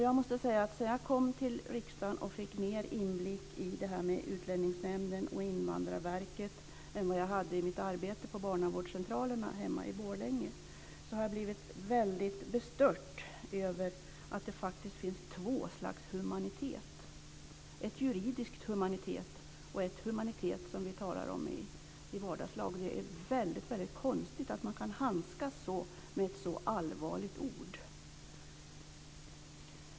Jag måste säga att sedan jag kom till riksdagen och fick mer inblick i Utlänningsnämnden och Invandrarverket än vad jag hade i mitt arbete på barnavårdscentralerna hemma i Borlänge har jag blivit väldigt bestört över att det finns två slags humanitet, en juridisk humanitet och en humanitet som vi talar om i vardagslag. Det är väldigt konstigt att man kan handskas så med ett så allvarligt ord.